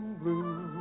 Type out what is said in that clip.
blue